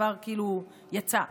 כבר יצא,